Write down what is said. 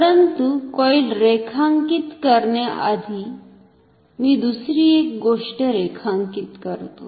परंतु कॉईल रेखांकित करण्याआधी मी दुसरी एक गोष्ट रेखांकित करतो